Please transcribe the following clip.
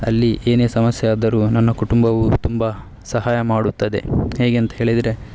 ಅಲ್ಲಿ ಏನೇ ಸಮಸ್ಯೆಯಾದರೂ ನನ್ನ ಕುಟುಂಬವು ತುಂಬ ಸಹಾಯ ಮಾಡುತ್ತದೆ ಹೇಗೇಂತ್ಹೇಳಿದರೆ